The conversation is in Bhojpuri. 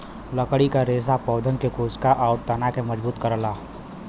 लकड़ी क रेसा पौधन के कोसिका आउर तना के मजबूत करला